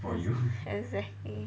exactly